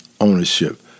ownership